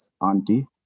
Auntie